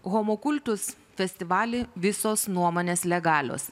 homo kultus festivalį visos nuomonės legalios